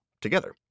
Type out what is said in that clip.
together